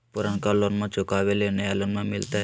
पुर्नका लोनमा चुकाबे ले नया लोन मिलते?